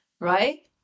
right